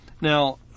Now